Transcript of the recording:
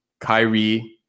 Kyrie